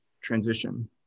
transition